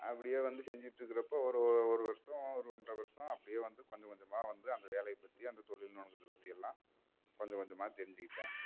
அப்படியே வந்து செஞ்சுட்டு இருக்கிறப்போ ஒரு ஒ ஒரு வருஷம் ஒரு ஒன்றரை வருஷம் அப்படியே வந்து கொஞ்சம் கொஞ்சமாக வந்து அந்த வேலையை பற்றி அந்த தொழில் நுணுக்கத்தை பற்றி எல்லாம் கொஞ்சம் கொஞ்சமாக தெரிஞ்சுக்கிட்டேன்